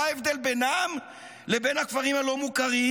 מה ההבדל בינם לבין הכפרים הלא-מוכרים?